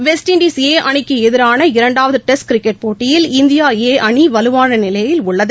west Indies A அணிக்குஎதிரான இரண்டாவதுடெஸ்ட் cricket போட்டியில் இந்தியா ஏ அணிவலுவானநிலையில் உள்ளது